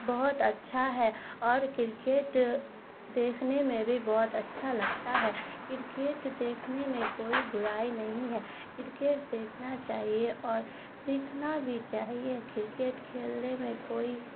بہت اچھا ہے اور کرکیٹ دیکھنے میں بھی بہت اچھا لگتا ہے کرکیٹ دیکھنے میں کوئی برائی نہیں ہے کرکیٹ دیکھنا چاہیے اور سیکھنا بھی چاہیے کرکٹ کھیلنے میں کوئی